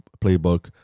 playbook